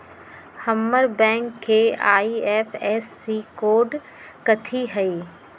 हमर बैंक के IFSC code कथि हई?